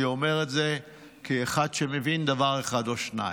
אני אומר את זה כאחד שמבין דבר אחד או שניים.